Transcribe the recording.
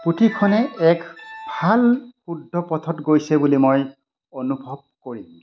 পুথিখনে এক ভাল শুদ্ধ পথত গৈছে বুলি মই অনুভৱ কৰিম